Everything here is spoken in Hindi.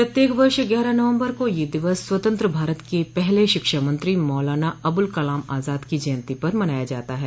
प्रत्येक वर्ष ग्यारह नवम्बर को यह दिवस स्वतंत्र भारत के पहल शिक्षा मंत्री मौलाना अबुल कलाम आजाद की जयंती पर मनाया जाता है